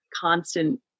constant